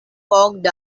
fogged